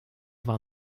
war